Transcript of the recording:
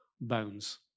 bones